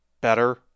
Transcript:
better